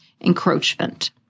encroachment